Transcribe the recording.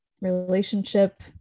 relationship